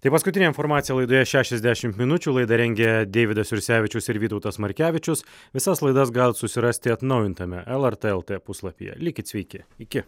tai paskutinė informacija laidoješešiasdešimt minučių laidą rengia deividas jursevičius ir vytautas markevičius visas laidas galit susirasti atnaujintame lrt lt puslapyje likit sveiki iki